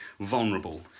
vulnerable